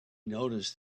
noticed